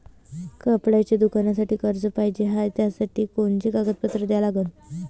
कपड्याच्या दुकानासाठी कर्ज पाहिजे हाय, त्यासाठी कोनचे कागदपत्र द्या लागन?